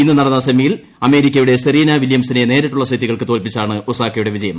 ഇന്ന് നടന്ന് സെമിയിൽ അമേരിക്കയുടെ സെറീനാ വില്യംസിനെ നേരിട്ടുള്ള സെറ്റുകൾക്ക് തോൽപ്പിച്ചാണ് ഒസാക്കയുടെ വിജയം